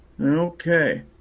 Okay